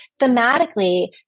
thematically